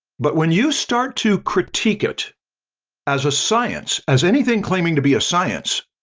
but when you start to critique it as a science, as anything claiming to be a science,